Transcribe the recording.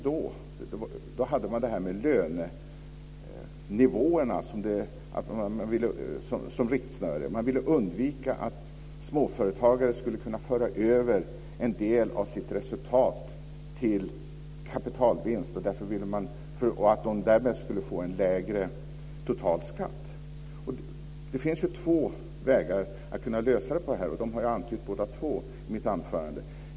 Då hade man lönenivåerna som rättesnöre, man ville undvika att småföretagare skulle kunna föra över en del av sitt resultat till kapitalvinst så att de därmed skulle få en lägre totalskatt. Det finns två vägar att lösa problemet, och jag har antytt båda två i mitt tidigare anförande.